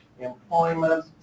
employment